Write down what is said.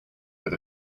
but